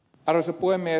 arvoisa puhemies